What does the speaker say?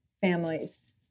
families